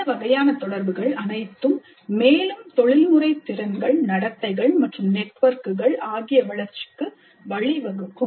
இந்த வகையான தொடர்புகள் அனைத்தும் மேலும் தொழில்முறை திறன்கள் நடத்தைகள் மற்றும் நெட்வொர்க்குகள் ஆகிய வளர்ச்சிக்கு வழிவகுக்கும்